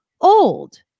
old